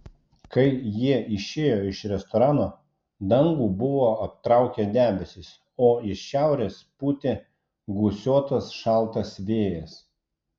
kai jie išėjo iš restorano dangų buvo aptraukę debesys o iš šiaurės pūtė gūsiuotas šaltas vėjas